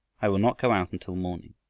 i will not go out until morning.